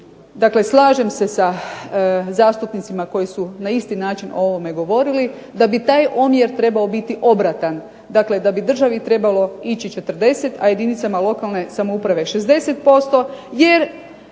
dakle slažem se sa zastupnicima koji su na isti način o ovome govorili, da bi taj omjer trebao biti obratan. Dakle, da bi trebalo državi ići 40, a jedinicama lokalne samouprave 60%, jer